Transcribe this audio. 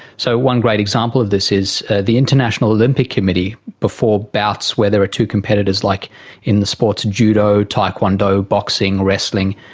so one great example of this is the international olympic committee before bouts where there are two competitors, like in the sports judo, tae kwon do, boxing, wrestling,